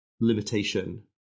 limitation